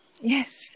Yes